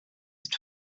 ist